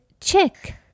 chick